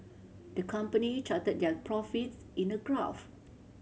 the company charted their profits in a graph